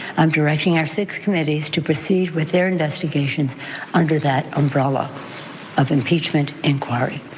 i'm directing ethics committees to proceed with their investigations under that umbrella of impeachment inquiry.